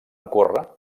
ocórrer